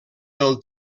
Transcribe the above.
del